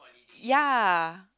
ya